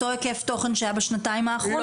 היקף התוכן הוא אותו היקף תוכן שהיה בשנתיים האחרונות.